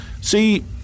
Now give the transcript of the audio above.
See